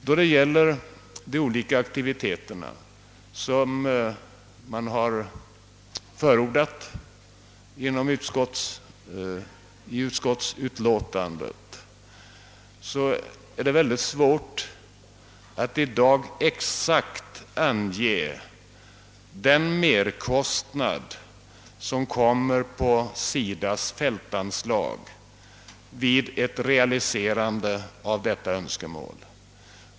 Vad beträffar de olika aktiviteter som man har förordat i utskottsutlåtandet är det mycket svårt att i dag exakt ange den merkostnad som belöper på SIDA:s fältanslag vid realiserandet av detta önskemål.